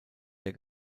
der